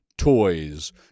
toys